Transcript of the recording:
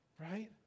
right